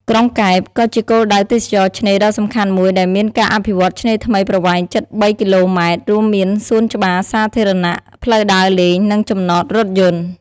ក្រុងកែបក៏ជាគោលដៅទេសចរណ៍ឆ្នេរដ៏សំខាន់មួយ ដែលមានការអភិវឌ្ឍន៍ឆ្នេរថ្មីប្រវែងជិត ៣ គីឡូម៉ែត្រ រួមមានសួនច្បារសាធារណៈ ផ្លូវដើរលេង និងចំណត រថយន្ត។